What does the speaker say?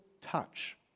touch